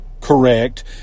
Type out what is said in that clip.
correct